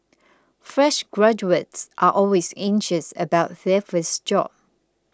fresh graduates are always anxious about their first job